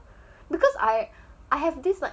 because I I have this like